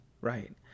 right